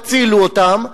תצילו אותם,